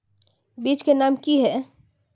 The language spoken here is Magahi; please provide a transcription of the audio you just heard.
बीज के नाम की है?